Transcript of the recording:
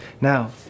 Now